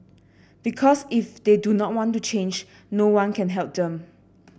because if they do not want to change no one can help them